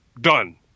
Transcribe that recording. done